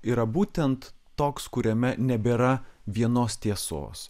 yra būtent toks kuriame nebėra vienos tiesos